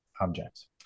objects